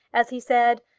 as he said,